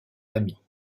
amis